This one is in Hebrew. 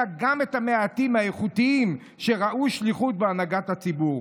גם את המעטים האיכותיים שראו שליחות בהנהגת הציבור.